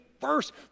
first